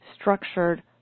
structured